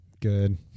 good